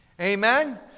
Amen